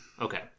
Okay